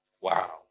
Wow